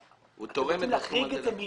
הוא תורם את הסכום הזה.